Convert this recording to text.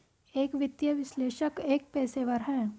एक वित्तीय विश्लेषक एक पेशेवर है